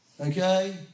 okay